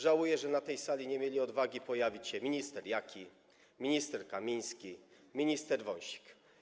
Żałuję, że na tej sali nie mieli odwagi pojawić się minister Jaki, minister Kamiński, minister Wąsik.